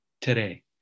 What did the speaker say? today